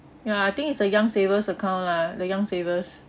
ya I think it's a young savers account lah the young savers